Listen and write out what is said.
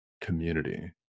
community